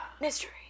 Mystery